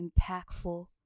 impactful